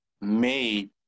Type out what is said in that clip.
made